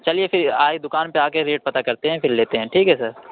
چلیے پھر آئے دُکان پہ آکے ریٹ پتّہ کرتے ہیں پھر لیتے ہیں ٹھیک ہے سر